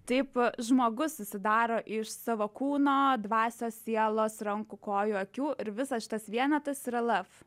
taip žmogus susidaro iš savo kūno dvasios sielos rankų kojų akių ir visas šitas vienetas yra laf